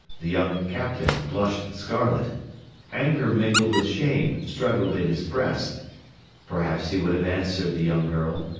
the young captain blushed scarlet anger mingled with shame struggled in his breast perhaps he would have answered the young girl,